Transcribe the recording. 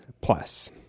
plus